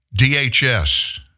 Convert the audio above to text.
DHS